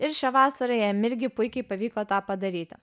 ir šią vasarą jam irgi puikiai pavyko tą padaryti